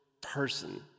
person